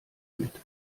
mit